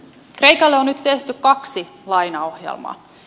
kreikalle on nyt tehty kaksi lainaohjelmaa